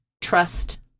trust